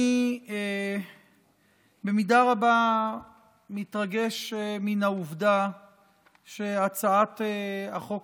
אני במידה רבה מתרגש מן העובדה שהצעת החוק